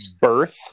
Birth